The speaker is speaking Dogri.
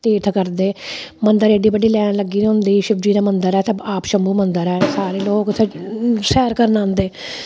तीर्थ करदे मदंर एड्डी बड्डी लैन लग्गी दी होंदी शिवजी दा मंदर ऐ आपशम्भु मंदर ऐ सारे लोग उत्थै सैर करन ऐंदे